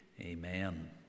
Amen